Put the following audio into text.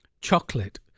chocolate